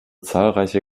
zahlreiche